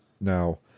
Now